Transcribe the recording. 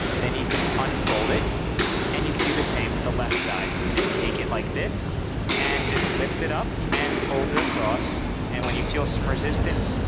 then you can unfold it and you can do the same with the left side so just take it like this and just lift it up and fold it across and when you feel some resistance,